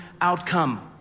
outcome